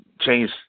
change